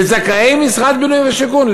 לזכאי משרד הבינוי והשיכון,